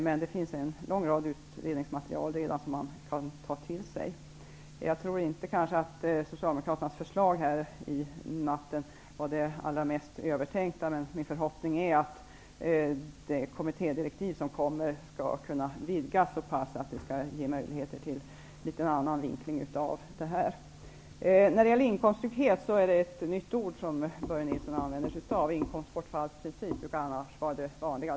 Men det finns redan en lång rad utredningsmaterial som man kan ta till sig. Jag tror inte att Socialdemokraternas förslag, som presenterades under natten, var det allra mest övertänkta, men min förhoppning är att det kommittédirektiv som kommer skall kunna vidga detta så pass att det ger möjligheter till en annan vinkling. Inkomsttrygghet är ett nytt ord som Börje Nilsson använder sig av. Inkomstbortfallsprincip är annars det vanliga.